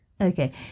Okay